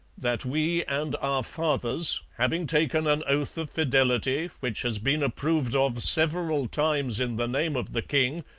that we and our fathers, having taken an oath of fidelity, which has been approved of several times in the name of the king,